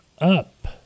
up